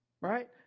right